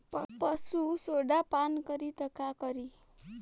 पशु सोडा पान करी त का करी?